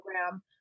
program